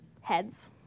heads